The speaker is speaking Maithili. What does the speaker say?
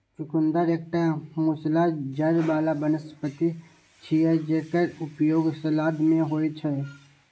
चुकंदर एकटा मूसला जड़ बला वनस्पति छियै, जेकर उपयोग सलाद मे होइ छै